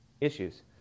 issues